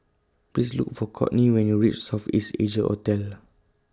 Please Look For Courtney when YOU REACH South East Asia Hotel